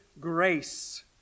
grace